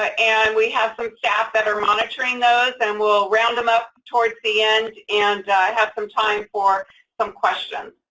and we have some staff that are monitoring those, and we'll round them up towards the end and have some time for some questions.